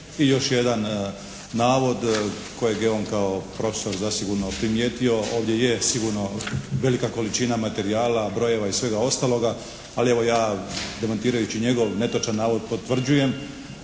I još jedan navod kojeg je on kao profesor zasigurno primijetio. Ovdje je sigurno velika količina materijala, brojeva i svega ostaloga. Ali evo ja, demantirajući njegov netočan navod potvrđujem